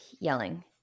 yelling